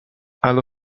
allo